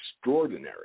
extraordinary